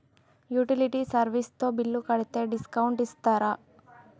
Utility service తో bill కడితే discount ఇస్తరా?